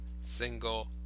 single